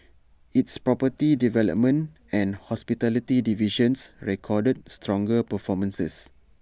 its property development and hospitality divisions recorded stronger performances